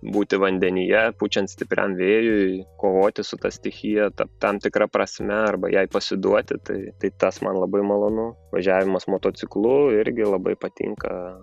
būti vandenyje pučiant stipriam vėjui kovoti su ta stichija ta tam tikra prasme arba jai pasiduoti tai tai tas man labai malonu važiavimas motociklu irgi labai patinka